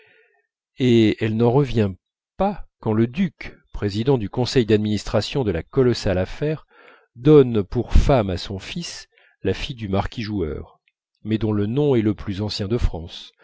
et elle n'en revient pas quand le duc président du conseil d'administration de la colossale affaire donne pour femme à son fils la fille du marquis joueur mais dont le nom est le plus ancien de france